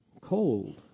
cold